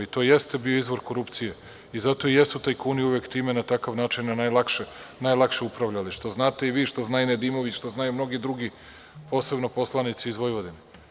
To jeste bio izvor korupcije i zato i jesu tajkuni uvek time na takav način najlakše upravljali, što znate i vi, što zna i Nedimović, što znaju mnogi drugi, posebno poslanici iz Vojvodine.